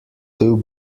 two